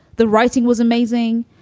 the writing was amazing.